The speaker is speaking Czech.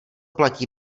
platí